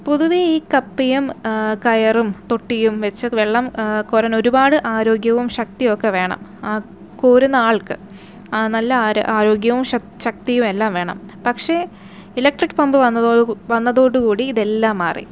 പൊതുവേ ഈ കപ്പിയും കയറും തൊട്ടിയും വച്ച് വെള്ളം കോരാന് ഒരുപാട് ആരോഗ്യവും ശക്തിയുമൊക്കെ വേണം ആ കോരുന്ന ആള്ക്ക് നല്ല ആരോഗ്യവും ശക്തിയും എല്ലാം വേണം പക്ഷേ ഇലക്ട്രിക് പമ്പ് വന്നതോടെ വന്നതോടു കൂടി ഇതെല്ലാം മാറി